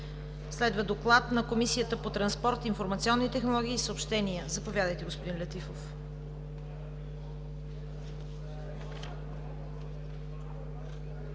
на доклада на Комисията по транспорт, информационни технологии и съобщения. Заповядайте. Заповядайте